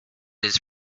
his